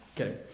Okay